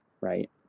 right